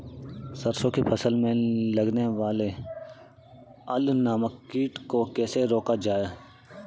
सरसों की फसल में लगने वाले अल नामक कीट को कैसे रोका जाए?